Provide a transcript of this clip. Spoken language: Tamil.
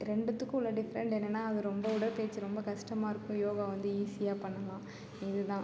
ரெண்டுத்துக்கும் உள்ள டிஃப்ரென்ட் என்னென்னா அது ரொம்ப உடற்பயிற்சி ரொம்ப கஷ்டமாக இருக்கும் யோகா வந்து ஈஸியாக பண்ணலாம் இதுதான்